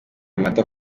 amata